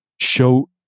show